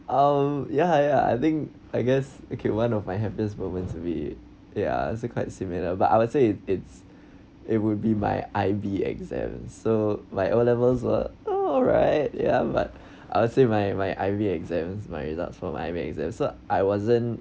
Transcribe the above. um ya I I think I guess okay one of my happiest moments would be ya it's quite similar but I would say it's it would be my I_B exam so my O levels were alright ya but I'll say my my I_B read exam my result for my I_B exam so I wasn't